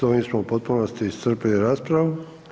S ovim smo u potpunosti iscrpili raspravu.